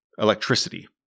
electricity